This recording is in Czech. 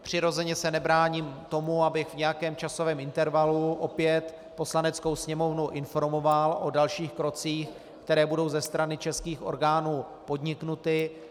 Přirozeně se nebráním tomu, abych v nějakém časovém intervalu opět Poslaneckou sněmovnu informoval o dalších krocích, které budou ze strany českých orgánů podniknuty.